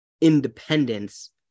independence